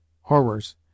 Horrors